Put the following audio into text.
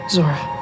Zora